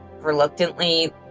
reluctantly